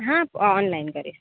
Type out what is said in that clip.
હા ઓનલાઈન કરીશ